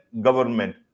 government